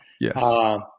Yes